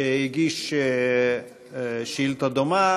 שהגיש שאילתה דומה.